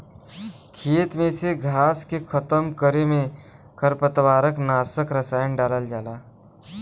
खेते में से घास के खतम करे में खरपतवार नाशक रसायन डालल जाला